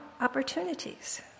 opportunities